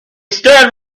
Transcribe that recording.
stood